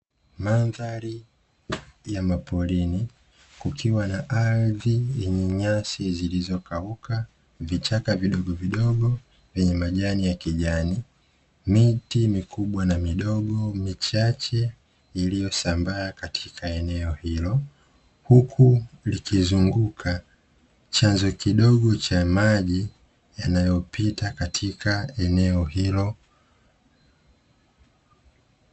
Mandhari ya maporini kukiwa na ardhi yenye nyasi zilizokauka, vichaka vidogovidogo, vyenye majani ya kijani, miti mikubwa na midogo, michache iliyosambaa katika eneo hilo. Huku likizunguka chanzo kidogo cha maji yanayopita katika eneo hilo.